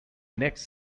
next